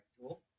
tool